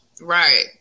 Right